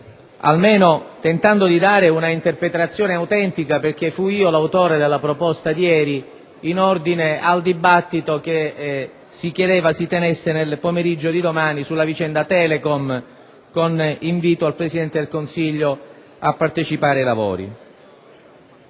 almeno tentando di darne una interpretazione autentica. Fui io l'autore della proposta di ieri in ordine al dibattito che si chiedeva si tenesse nel pomeriggio di domani sulla vicenda Telecom, con l'invito al Presidente del Consiglio a partecipare ai lavori.